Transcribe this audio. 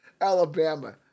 Alabama